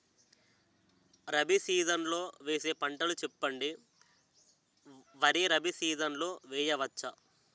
Rabi season లో వేసే పంటలు చెప్పండి? వరి రబీ సీజన్ లో వేయ వచ్చా?